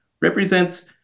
represents